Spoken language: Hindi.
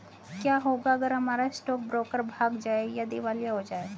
क्या होगा अगर हमारा स्टॉक ब्रोकर भाग जाए या दिवालिया हो जाये?